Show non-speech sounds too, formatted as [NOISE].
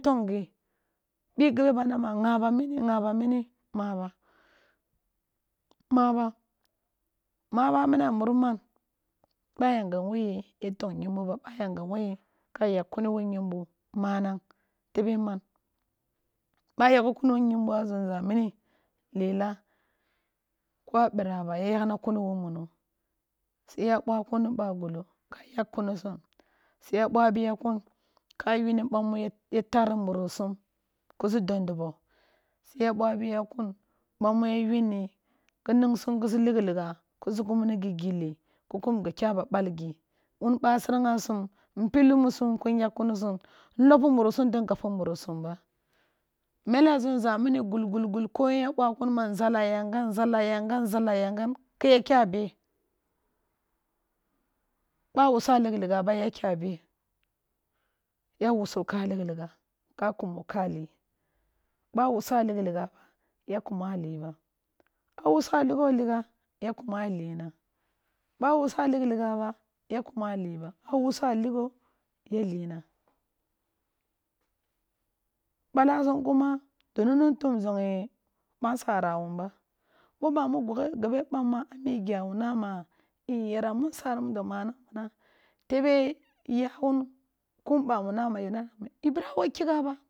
Tọnggi ọi gabe ban na ma ngabam mini, nga bam mini maa ba, maa ba, maa ba mini a muri man? Ba yagam wo yi ya tọng nyimbo, bo yagam wo yi gagh kuni wo nyim bo maanang tebe man? Ba yagho kuni wo nyimbo a zumza mini lela ko a bira ya yaghna kuni wo muno. Si ya ọwa kun bi ọagulo a yagh kunui sum. Siya ọwa ọiya kun ka yunni ọamu ya tari muri sum ki si dọn dọbọ si ya ọwa bi ya kun ọamu ya yunnni ki ning sum kisi ligh-ligha kisi kumni gi gilli, ki kum gi kya ba ɓalgi wun ɓasereng n pilli mmusu wan ki un yaghkuni sum n lọppi muri sum da n gappi muri sum ba mele zumza mini gul gul gul ko yen ya bwa kun ma nzala yagam, nzala yagam, nzala yagam, ki ya kya be? Ba wusa ligh-ligha ba ya kya be? Ya wusa ka ligh-ligha ka kumo ka li ba wuso light ba ya kuma li ba ba wusa ligho-ligho ya kuma lina, ɓa wuso a ligh-ligha ba ya kuma liba. Balaasum kuma di nọngna n tum zọngi ba nsare wun ba bo ɓamu gọghe gabe ɓamaa amii giawun na ma n yerra munsari mudo maanang minam tebe i [UNINTELLIGIBLE] kun ɓamu yana ma i bira wo kigha ba.